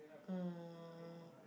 uh